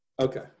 Okay